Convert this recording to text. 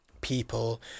people